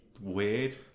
weird